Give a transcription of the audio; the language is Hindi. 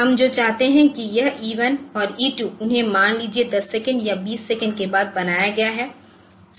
हम जो चाहते हैं कि यह ई 1 और ई 2 उन्हें मान लीजिए 10 सेकंड और 20 सेकंड के बाद बनाया गया है